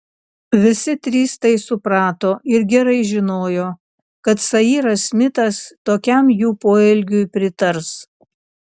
visi trys tai suprato ir gerai žinojo kad sairas smitas tokiam jų poelgiui pritars